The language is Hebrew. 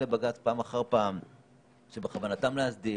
לבג"ץ פעם אחר פעם שבכוונתה להסדיר.